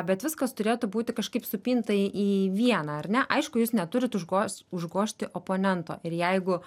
bet viskas turėtų būti kažkaip supinta į į vieną ar ne aišku jūs neturit užgoš užgožti oponento ir jeigu